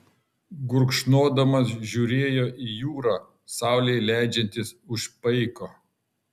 gurkšnodamas žiūrėjo į jūrą saulei leidžiantis už paiko